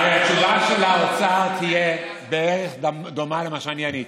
הרי התשובה של האוצר תהיה דומה בערך למה שאני עניתי.